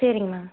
சரிங்க மேம்